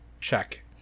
check